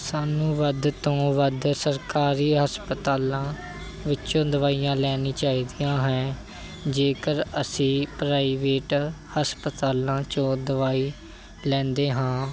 ਸਾਨੂੰ ਵੱਧ ਤੋਂ ਵੱਧ ਸਰਕਾਰੀ ਹਸਪਤਾਲਾਂ ਵਿੱਚੋਂ ਦਵਾਈਆਂ ਲੈਣੀ ਚਾਹੀਦੀਆਂ ਹਨ ਜੇਕਰ ਅਸੀਂ ਪ੍ਰਾਈਵੇਟ ਹਸਪਤਾਲਾਂ 'ਚੋਂ ਦਵਾਈ ਲੈਂਦੇ ਹਾਂ